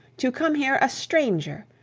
to come here a stranger,